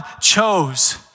chose